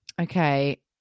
Okay